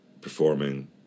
performing